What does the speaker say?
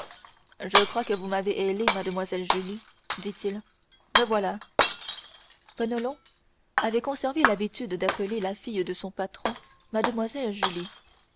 je crois que vous m'avez hélé mademoiselle julie dit-il me voilà penelon avait conservé l'habitude d'appeler la fille de son patron mlle